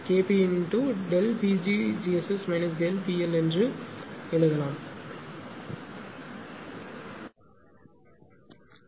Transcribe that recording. இது படம் 12 பி இந்த தொகுதி வரைபடத்திலிருந்து நாம் சமன்பாடு 11 ஐ விட நேரடியாக எழுத முடியும் இந்த சமன்பாடு இங்கிருந்து எஸ் என்பது 0 வருகிறது என்று எழுதலாம் எனவே இந்த விஷயத்தில் இப்போது FSS இதைப் பாருங்கள்